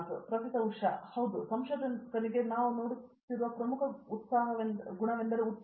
professor Usha Mohan ಯಾವುದೇ ಸಂಶೋಧಕನಿಗೆ ನಾವು ನೋಡುತ್ತಿರುವ ಪ್ರಮುಖ ಗುಣವೆಂದರೆ ಉತ್ಸಾಹ